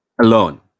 alone